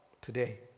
today